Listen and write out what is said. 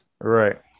Right